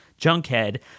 junkhead